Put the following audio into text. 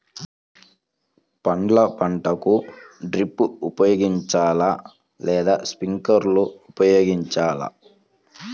పండ్ల పంటలకు డ్రిప్ ఉపయోగించాలా లేదా స్ప్రింక్లర్ ఉపయోగించాలా?